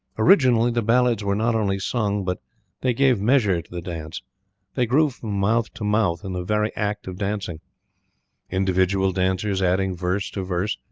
originally the ballads were not only sung, but they gave measure to the dance they grew from mouth to mouth in the very act of dancing individual dancers adding verse to verse,